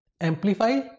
amplify